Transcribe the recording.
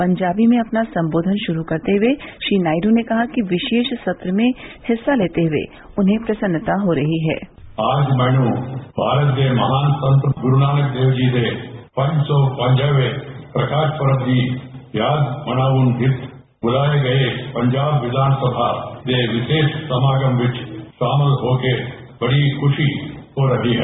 पंजाबी में अपना संबोधन शुरू करते हुए श्री नायडू ने कहा कि विशेष सत्र में हिस्सा लेते हुए उन्हें प्रसन्नता हो रही है आज मैनू भारत दे महान संत गुरू नानक देव जी दे पंच सौ पंजावे प्रकाश पर्व दी याद मनावन विच बुलाये गये पंजाब विधानसभा दे विरोष समागम विच शामल होक बड़ी खुशी हो रही है